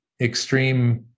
extreme